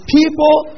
people